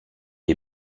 est